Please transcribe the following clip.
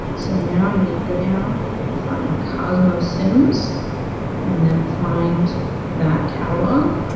so now you need to go down and find cosmosims and then find that catalog,